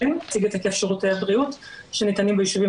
--- שירותי הבריאות שניתנים בישובים